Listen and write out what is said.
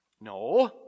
No